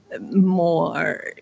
more